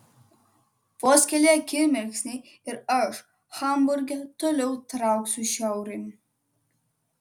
vos keli akimirksniai ir aš hamburge toliau trauksiu šiaurėn